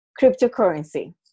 cryptocurrency